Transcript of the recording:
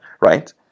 right